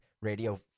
Radio